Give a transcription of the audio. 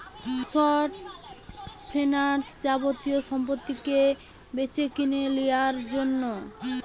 short finance যাবতীয় সম্পত্তিকে বেচেকিনে লিয়ার জন্যে